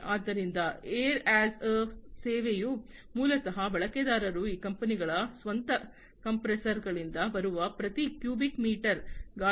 ಆದ್ದರಿಂದ air as a ಸೇವೆಯು ಮೂಲತಃ ಬಳಕೆದಾರರು ಈ ಕಂಪನಿಗಳ ಸ್ವಂತ ಕಂಪ್ರೆಸರ್ ಗಳಿಂದ ಬರುವ ಪ್ರತಿ ಕ್ಯೂಬಿಕ್ ಮೀಟರ್ ಗಾಳಿಯನ್ನು ಪಾವತಿಸಲು ಸಾಧ್ಯವಾಗುತ್ತದೆ